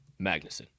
Magnuson